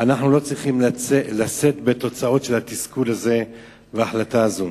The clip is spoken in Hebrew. ואנחנו לא צריכים לשאת בתוצאות של התסכול הזה ושל ההחלטה הזאת.